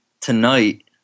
tonight